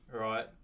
right